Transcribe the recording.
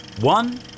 one